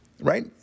right